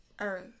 Earth